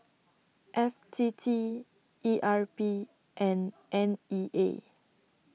F T T E R P and N E A